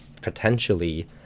potentially